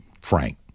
frank